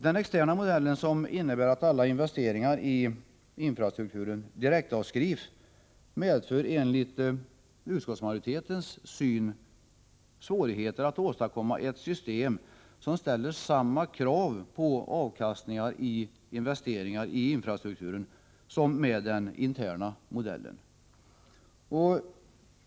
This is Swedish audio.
Den externa vägtrafikmodellen, som innebär att alla investeringar i infrastrukturen direktavskrivs, medför enligt utskottsmajoritetens uppfattning svårigheter att åstadkomma ett system som ställer samma krav på avkastning på investeringar i infrastrukturen som den interna modellen.